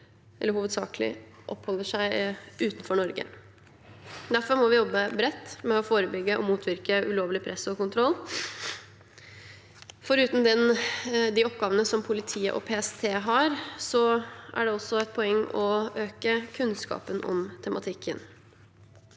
hovedsakelig oppholder seg utenfor Norge. Derfor må vi jobbe bredt med å forebygge og motvirke ulovlig press og kontroll. Foruten de oppgavene som politiet og PST har, er det også et poeng å øke kunnskapen om tematikken.